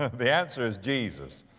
ah the answer is jesus.